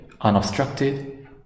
unobstructed